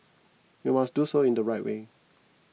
we must do so in the right way